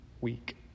week